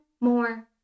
more